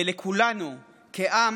ולכולנו כעם